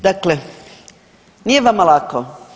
Dakle, nije vama lako.